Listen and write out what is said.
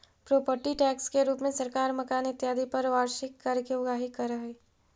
property tax के रूप में सरकार मकान इत्यादि पर वार्षिक कर के उगाही करऽ हई